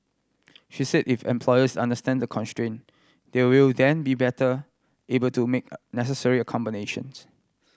she said if employers understand the constraint they will then be better able to make necessary accommodations